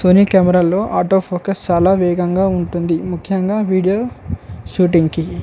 Sony కెమెరాలో auto focus చాలా వేగంగా ఉంటుంది ముఖ్యంగా వీడియో షూటింగ్కి